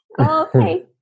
Okay